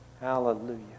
Hallelujah